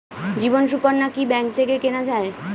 জীবন সুকন্যা কি ব্যাংক থেকে কেনা যায়?